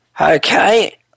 Okay